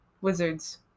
Wizards